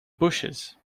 bushes